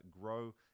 grow